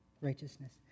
righteousness